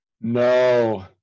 no